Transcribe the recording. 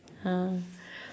ha